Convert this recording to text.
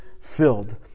filled